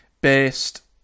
based